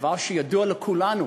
דבר שידוע לכולנו